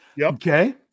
okay